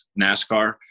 NASCAR